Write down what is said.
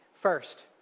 First